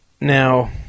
Now